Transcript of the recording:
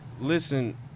Listen